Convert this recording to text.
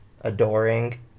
Adoring